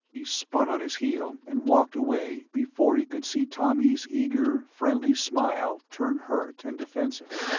he spun on his heel and walked away before he could see tommy's eager, friendly smile turn hurt and defensive.